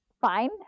fine